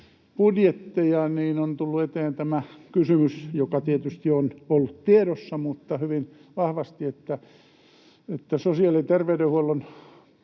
budjetteja, niin on tullut hyvin vahvasti eteen tämä kysymys, joka tietysti on ollut tiedossa, että sosiaali- ja terveydenhuollon